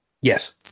Yes